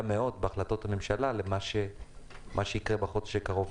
מאוד בהחלטות הממשלה למה שיקרה בחודש הקרוב.